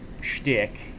shtick